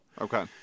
Okay